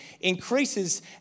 increases